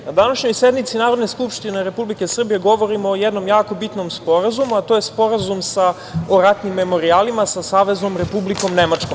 Na današnjoj sednici Narodne skupštine Republike Srbije, govorimo o jednom jako bitnom sporazumu, a to je sporazum o ratnim memorijalima, sa Saveznom Republikom Nemačkom.